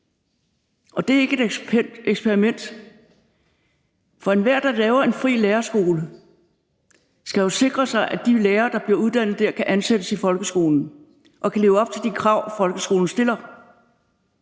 Og det er ikke et eksperiment, for enhver, der laver en fri læreruddannelse, skal jo sikre sig, at de lærere, der bliver uddannet der, kan ansættes i folkeskolen og kan leve op til de krav, folkeskolen stiller.